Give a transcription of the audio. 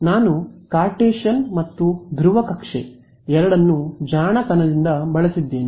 ನಾನು ಕಾರ್ಟೇಶಿಯನ್ ಮತ್ತು ಧ್ರುವ ಕಕ್ಷೆ ಎರಡನ್ನೂ ಜಾಣತನದಿಂದ ಬಳಸಿದ್ದೇನೆ